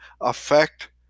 affect